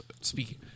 speaking